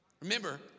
Remember